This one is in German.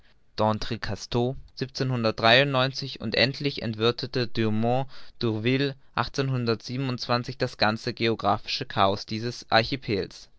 und endlich entwirrte du dove das ganze geographische chaos dieses archipels